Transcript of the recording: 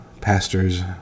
pastors